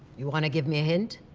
you want to give me a hint?